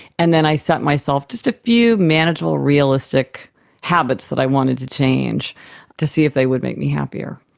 and then i set myself just a few manageable, realistic habits that i wanted to change to see if they would make me happier.